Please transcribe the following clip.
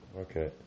Okay